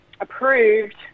approved